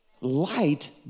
Light